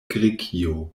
grekio